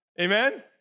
Amen